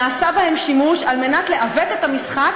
נעשה בהם שימוש על מנת לעוות את המשחק